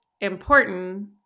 important